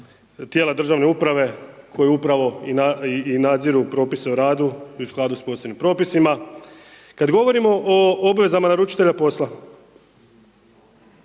tijela državne uprave koja upravo i nadziru propise o radu i u skladu sa posebnim propisima. Kada govorimo o obvezama naručitelja posla,